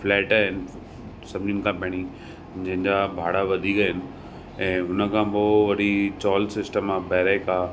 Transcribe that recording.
flat आहिनि सभिनीनि खां पहिरीं जंहिंजा भाड़ा वधीक आहिनि ऐं हुनखां पोइ वरी चॉल सिस्टम आहे बैरेक आहे